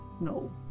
No